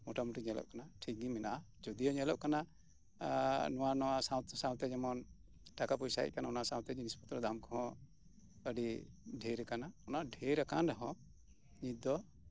ᱢᱚᱴᱟ ᱢᱩᱴᱤ ᱧᱮᱞᱚᱜ ᱠᱟᱱᱟ ᱴᱷᱤᱠ ᱜᱮ ᱢᱮᱱᱟᱜᱼᱟ ᱡᱳᱫᱤᱭᱳ ᱧᱮᱞᱚᱜ ᱠᱟᱱᱟ ᱱᱚᱣᱟ ᱱᱚᱣᱟ ᱥᱟᱶᱛᱮ ᱥᱟᱶᱛᱮ ᱡᱮᱢᱚᱱ ᱴᱟᱠᱟ ᱯᱚᱭᱥᱟ ᱦᱮᱡ ᱠᱟᱱᱟ ᱚᱱᱟ ᱥᱟᱶᱛᱮ ᱡᱤᱱᱤᱥ ᱯᱚᱛᱨᱚ ᱫᱟᱢ ᱠᱚᱦᱚᱸ ᱟᱰᱤ ᱰᱷᱮᱹᱨ ᱠᱟᱱᱟ ᱚᱱᱟ ᱰᱷᱮᱹᱨ ᱟᱠᱟᱱ ᱨᱮᱦᱚᱸ ᱱᱤᱛ ᱫᱚ